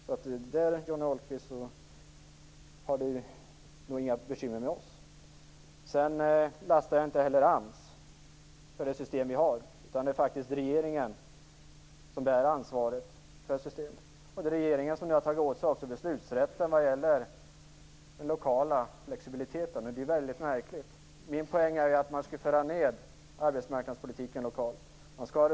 Där har Johnny Ahlqvist nog inga bekymmer med oss. Jag lastar inte heller AMS för det system vi har. Det är faktiskt regeringen som bär ansvaret för systemet. Det är också regeringen som har tagit åt sig beslutsrätten vad gäller den lokala flexibiliteten. Det är väldigt märkligt. Min poäng är att man skall föra ned arbetsmarknadspolitiken på det lokala planet.